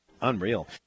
Unreal